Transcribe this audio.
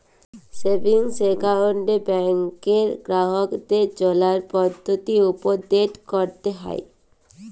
savings account ব্যাংকে গ্রাহককে জালার পদ্ধতি উপদেট ক্যরতে হ্যয়